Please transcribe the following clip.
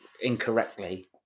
incorrectly